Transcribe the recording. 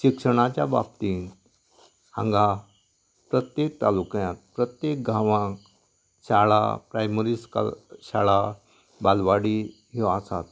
शिक्षणाच्या बाबतींत हांगा प्रत्येक तालुक्यान प्रत्येक गांवान शाळा प्रायमरी स्कूल शाळा बालवाडी ह्यो आसात